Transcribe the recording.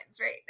right